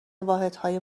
واحدهای